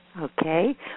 Okay